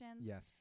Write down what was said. yes